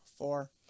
four